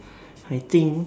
I think